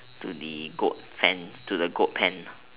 to the goat fence to the goat pen